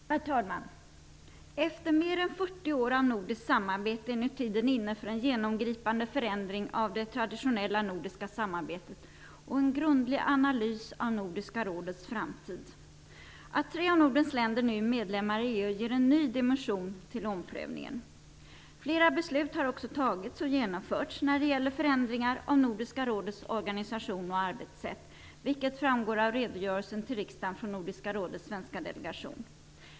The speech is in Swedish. Fru talman! Efter mer än 40 år av nordiskt samarbete är nu tiden inne för en genomgripande förändring av det traditionella nordiska samarbetet och en grundlig analys av Nordiska rådets framtid. Att tre av Nordens länder nu är medlemmar i EU ger en ny dimension till omprövningen. Flera beslut har också fattats och genomförts när det gäller förändringar av Nordiska rådets organisation och arbetssätt, vilket framgår av redogörelsen till riksdagen från Nordiska rådets svenska delegation.